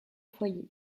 foyer